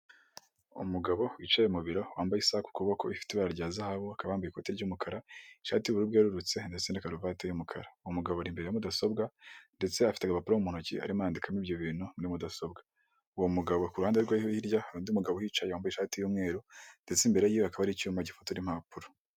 Umugabo wicaye mu biro wambaye isaha ku kuboko ifite ibara rya zahabu akaba yambaye ikoti ry'umukara, ishati y'ubururu bwerurutse ndetse na karuvati y'umukara, uwo umugabo ari imbere ya mudasobwa ndetse afite agaporo mu ntoki arimo arandikamo ibyo bintu muri mudasobwa, uwo mugabo ku ruhande rwe ho hirya hari undi mugabo uhicaye wambaye ishati y'umweru ndetse imbere yiwe hakaba hari icyuma gifotora impapuro.